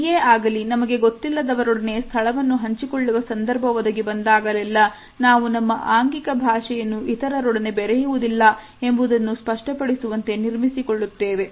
ಎಲ್ಲಿಯೇ ಆಗಲಿ ನಮಗೆ ಗೊತ್ತಿಲ್ಲದವರೊಡನೆ ಸ್ಥಳವನ್ನು ಹಂಚಿಕೊಳ್ಳುವ ಸಂದರ್ಭ ಒದಗಿ ಬಂದಾಗಲೆಲ್ಲ ನಾವು ನಮ್ಮ ಆಂಗಿಕ ಭಾಷೆಯನ್ನು ಇತರರೊಡನೆ ಬೆರೆಯುವುದಿಲ್ಲ ಎಂಬುದನ್ನು ಸ್ಪಷ್ಟಪಡಿಸುವಂತೆ ನಿರ್ಮಿಸಿಕೊಳ್ಳುತ್ತವೆ